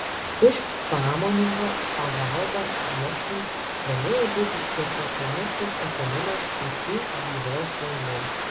už sąmoningą pagalbą priešui galėjo būti skirtas laisvės atėmimas iki gyvos galvos